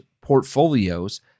portfolios